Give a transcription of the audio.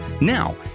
Now